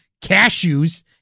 Cashew's